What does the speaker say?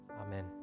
Amen